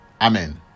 Amen